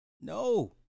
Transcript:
No